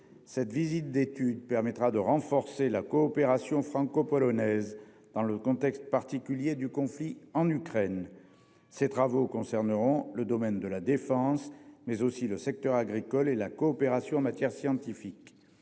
Cette visite d'étude permettra de renforcer la coopération franco-polonaise dans le contexte particulier du conflit en Ukraine. Ses travaux concerneront le domaine de la défense, mais aussi le secteur agricole et la coopération en matière scientifique.